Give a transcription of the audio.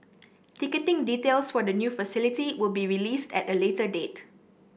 ticketing details for the new facility will be released at a later date